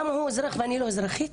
למה, הוא אזרח ואני לא אזרחית?